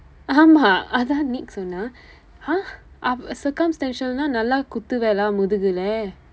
ஆமாம் அதான்:aamaam athaan nick சொன்னான்:sonnaan !huh! av~ circumstantial நா நல்லா குத்துவேன்ல முதுகிலா:naa nallaa kutthuveenla muthukilaa